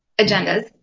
agendas